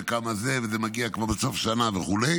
וזה מגיע כמו בסוף שנה וכו'.